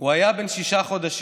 הוא היה בן שישה חודשים,